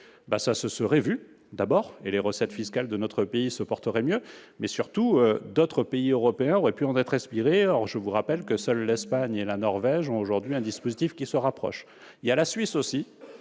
cela se serait vu, et les recettes fiscales de notre pays se porteraient mieux. Surtout, d'autres pays européens auraient pu s'en inspirer, or je vous rappelle que seules l'Espagne et la Norvège ont aujourd'hui un dispositif qui se rapproche. Il y a la Suisse, mais